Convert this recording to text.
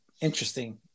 Interesting